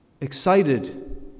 excited